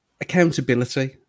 accountability